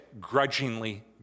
grudgingly